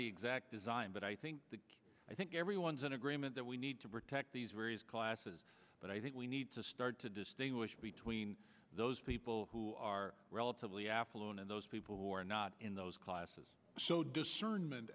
the exact design but i think that i think everyone's in agreement that we need to protect these various classes but i think we need to start to distinguish between those people who are relatively affluent and those people who are not in those classes so discernment